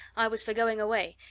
i was for going away,